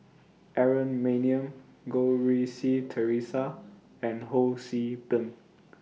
Aaron Maniam Goh Rui Si Theresa and Ho See Beng